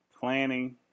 planning